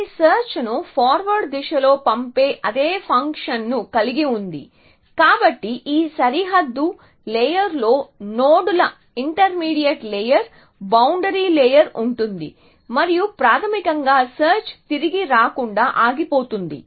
ఇది సెర్చ్ను ఫార్వర్డ్ దిశలో పంపే అదే ఫంక్షన్ను కలిగి ఉంది కాబట్టి ఈ సరిహద్దు లేయర్ లో నోడ్ల ఇంటర్మీడియట్ లేయర్ బౌండరీ లేయర్ ఉంటుంది మరియు ప్రాథమికంగా సెర్చ్ తిరిగి రాకుండా ఆగిపోతుంది